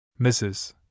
Mrs